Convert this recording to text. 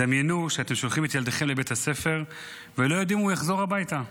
דמיינו שאתם שולחים את ילדיכם לבית הספר ולא יודעים אם יחזרו הביתה.